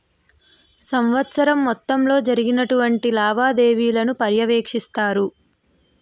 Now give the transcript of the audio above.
సంవత్సరం మొత్తంలో జరిగినటువంటి లావాదేవీలను పర్యవేక్షిస్తారు